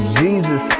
jesus